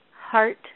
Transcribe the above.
heart